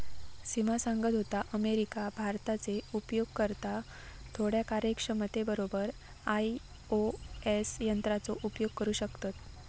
सिमा सांगत होता, अमेरिका, भारताचे उपयोगकर्ता थोड्या कार्यक्षमते बरोबर आई.ओ.एस यंत्राचो उपयोग करू शकतत